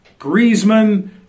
Griezmann